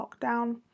lockdown